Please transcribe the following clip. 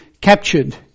captured